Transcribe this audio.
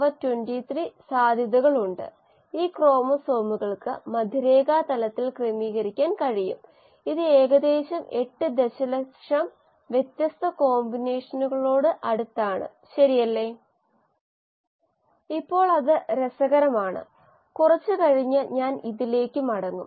അതിനാൽ Ks S ആയിരിക്കുമ്പോൾ mSKSSmSSSmS2Sm2 അതിനാൽ S Ks ന് തുല്യമാകുമ്പോൾ നമുക്ക് അറിയാം എപ്പോഴാണ് സബ്സ്ട്രേറ്റ് സാന്ദ്രത K s ന് തുല്യമാകുന്നത് അല്ലെകിൽ Ks സബ്സ്ട്രേറ്റ് സാന്ദ്രത ആയിരിക്കുമ്പോൾ നമുക്കറിയാം നമ്മുടെ mu അത് mu m ആയി അത് രണ്ടോ അല്ലെകിൽ പകുതിയോ പരമാവധി നിർദ്ദിഷ്ട വളർച്ചാ നിരക്ക് ആകുന്നു